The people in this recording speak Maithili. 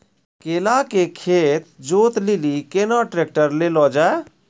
केला के खेत जोत लिली केना ट्रैक्टर ले लो जा?